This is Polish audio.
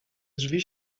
drzwi